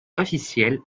officielles